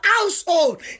household